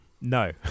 No